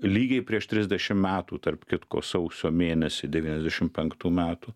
lygiai prieš trisdešimt metų tarp kitko sausio mėnesį devyniasdešimt penktų metų